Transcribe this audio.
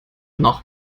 noch